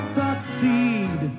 succeed